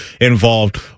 involved